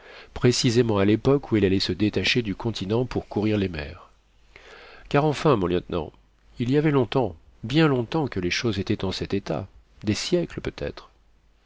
précisément à l'époque où elle allait se détacher du continent pour courir les mers car enfin mon lieutenant il y avait longtemps bien longtemps que les choses étaient en cet état des siècles peut-être